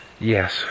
Yes